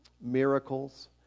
miracles